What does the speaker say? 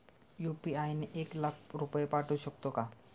UPI ने एक लाख रुपये पाठवू शकतो का?